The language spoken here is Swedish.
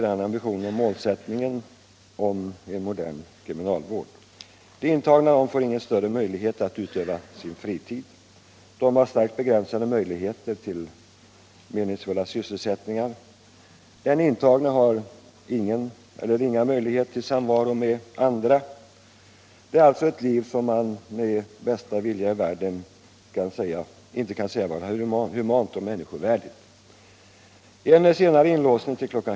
De intagna får ingen större möjlighet att utöva någonting på sin fritid. Deras möjligheter till meningsfulla sysselsättningar är starkt begränsade. Den intagne har ingen eller ringa möjlighet till samvaro med andra. Det är alltså ett liv som man inte med bästa vilja i världen kan säga vara humant och människovärdigt. Om inlåsningen i stället skedde kl.